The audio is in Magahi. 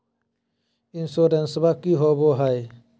इंसोरेंसबा की होंबई हय?